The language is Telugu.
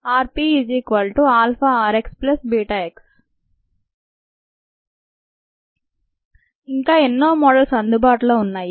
rpαrxβx ఇంకా ఎన్నో మోడల్స్ అందుబాటులో ఉన్నాయి